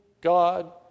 God